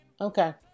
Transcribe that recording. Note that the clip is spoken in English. Okay